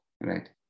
right